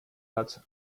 hat